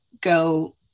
go